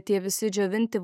tie visi džiovinti